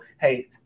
hey